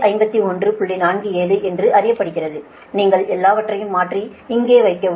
47 என்று அறியப்படுகிறது நீங்கள் எல்லாவற்றையும் மாற்றி இங்கே வைக்கவும்